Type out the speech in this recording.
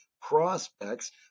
prospects